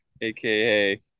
aka